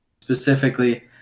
Specifically